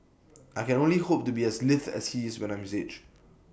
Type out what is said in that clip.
I can only hope to be as lithe as he is when I am his age